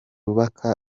kubaka